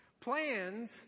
Plans